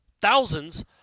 thousands